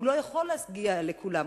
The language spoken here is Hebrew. הוא לא יכול להגיע לכולם,